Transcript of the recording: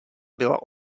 byla